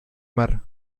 mar